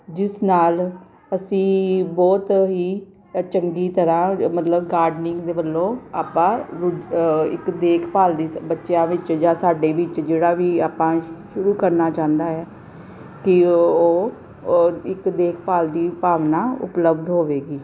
ਜਿਸ ਨਾਲ ਅਸੀਂ ਬਹੁਤ ਹੀ ਚੰਗੀ ਤਰ੍ਹਾਂ ਮਤਲਬ ਗਾਰਡਨਿੰਗ ਦੇ ਵੱਲੋਂ ਆਪਾਂ ਇੱਕ ਦੇਖਭਾਲ ਦੀ ਬੱਚਿਆਂ ਵਿੱਚ ਜਾਂ ਸਾਡੇ ਵਿੱਚ ਜਿਹੜਾ ਵੀ ਆਪਾਂ ਸ਼ੁਰੂ ਕਰਨਾ ਚਾਹੁੰਦਾ ਹੈ ਕਿ ਉਹ ਉਹ ਇੱਕ ਦੇਖਭਾਲ ਦੀ ਭਾਵਨਾ ਉਪਲੱਬਧ ਹੋਵੇਗੀ